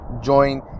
join